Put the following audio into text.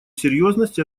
серьезность